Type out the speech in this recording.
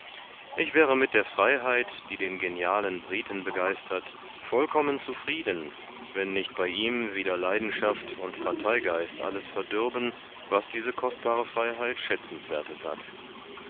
ich wäre mit der freiheit die den genialen britten begeistert vollkommen zufrieden wenn nicht bei ihm wieder leidenschaft und parteigeist alles verdürben was diese kostbare freiheit schätzenswerthes hat